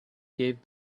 gave